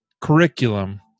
curriculum